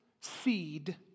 seed